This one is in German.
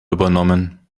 übernommen